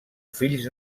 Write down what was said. fills